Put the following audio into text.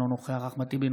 אינו נוכח אחמד טיבי,